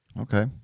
okay